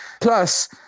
Plus